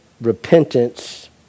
repentance